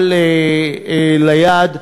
מעל ליעד.